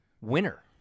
winner